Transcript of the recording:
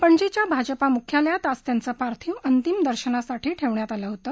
पणजीच्या भाजपा मुख्यालयात आज त्यांचं पार्थिव अंतिम दर्शनासाठी ठेवण्यात आलं होतं